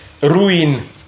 ruin